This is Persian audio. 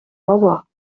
بابا